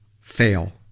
fail